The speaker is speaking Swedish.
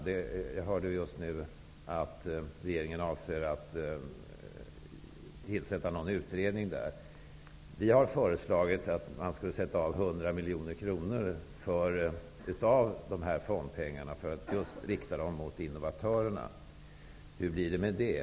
Jag hörde just nu att regeringen avser att tillsätta en utredning. Vi har föreslagit att man skall avsätta 100 miljoner kronor av fondpengarna till innovatörer. Hur blir det med det?